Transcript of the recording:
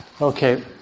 Okay